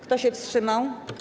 Kto się wstrzymał?